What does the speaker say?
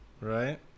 right